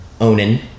Onan